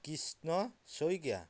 Krishna Saikia